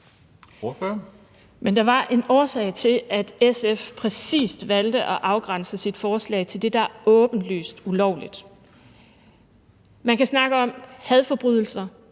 Men der var en årsag til, at SF præcis valgte at afgrænse sit forslag til det, der er åbenlyst ulovligt. Man kan snakke om hadforbrydelser